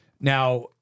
Now